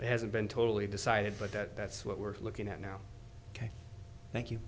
it hasn't been totally decided but that's what we're looking at now ok thank you